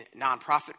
nonprofit